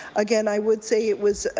again, i would say it was